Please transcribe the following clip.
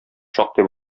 шактый